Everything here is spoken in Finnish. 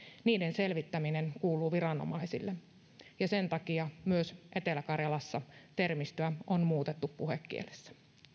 niiden selvittäminen kuuluu viranomaisille sen takia myös etelä karjalassa termistöä on muutettu puhekielessä